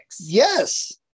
Yes